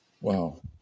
wow